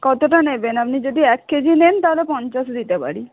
কতোটা নেবেন আপনি যদি এক কেজি নেন তাহলে পঞ্চাশ দিতে পারি